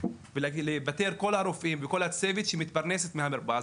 ולפטר את כל הרופאים וכל הצוות שמתפרנס מהמרפאה.